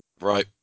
Right